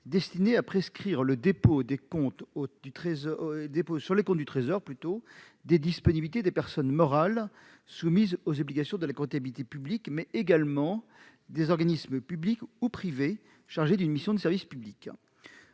loi pour prescrire le dépôt, sur les comptes du Trésor, des disponibilités non seulement des personnes morales soumises aux obligations de la comptabilité publique, mais également des organismes publics ou privés chargés d'une mission de service public.